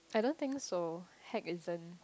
I don't think so heck isn't